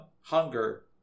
Hunger